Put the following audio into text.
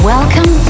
Welcome